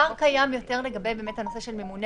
הפער קיים יותר לגבי הנושא של ממונה